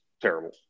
terrible